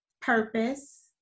purpose